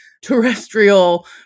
terrestrial